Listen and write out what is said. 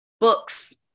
books